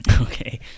Okay